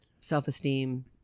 Self-esteem